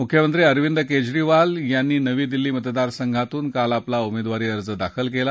मुख्यमंत्री अरविंद केजरीवाल यांनी नवी दिल्ली मतदारसंघातून काल आपला उमेदवारी अर्ज दाखल केला